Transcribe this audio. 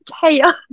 chaos